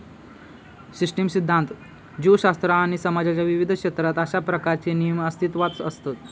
system सिध्दांत, जीवशास्त्र आणि समाजाच्या विविध क्षेत्रात अशा प्रकारचे नियम अस्तित्वात असत